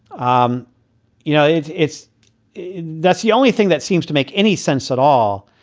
um you know, it's it's that's the only thing that seems to make any sense at all.